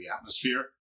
atmosphere